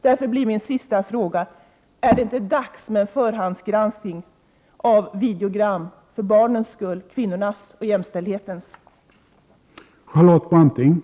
Därför blir min sista fråga: Är det inte nu dags med en förhandsgranskning av videogram — för barnens skull, för kvinnornas och jämställdhetens skull?